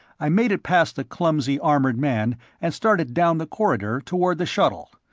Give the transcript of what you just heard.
i made it past the clumsy armored man and started down the corridor toward the shuttle.